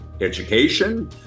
education